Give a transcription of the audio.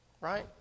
Right